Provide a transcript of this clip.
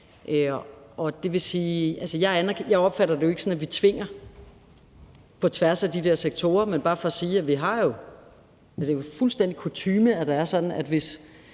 jeg opfatter det jo ikke sådan, at vi tvinger på tværs af de her sektorer. Men det er bare for sige, at det er fuldstændig kutyme, at det er sådan, at hvis